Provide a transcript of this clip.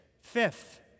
Fifth